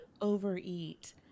overeat